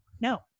No